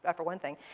ah for one thing.